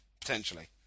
potentially